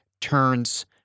turns